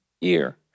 year